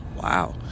Wow